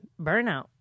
Burnout